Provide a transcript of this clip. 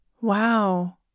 Wow